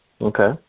Okay